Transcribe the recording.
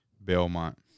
Belmont